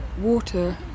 water